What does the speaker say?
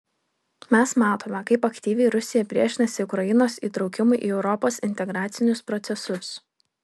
mes matome kaip aktyviai rusija priešinasi ukrainos įtraukimui į europos integracinius procesus